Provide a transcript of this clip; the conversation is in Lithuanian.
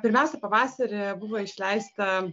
pirmiausia pavasarį buvo išleista